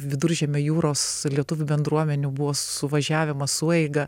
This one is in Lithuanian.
viduržemio jūros lietuvių bendruomenių buvo suvažiavimas sueiga